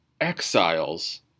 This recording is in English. Exiles